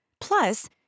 Plus